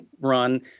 run